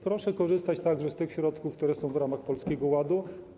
Proszę korzystać także z tych środków, które są w ramach Polskiego Ładu.